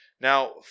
Now